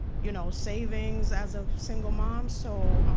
you know, savings as a single mom. so,